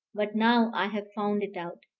but now i have found it out.